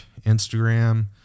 Instagram